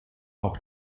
auch